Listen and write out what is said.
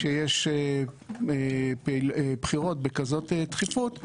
כאשר יש בחירות בכזאת תכיפות,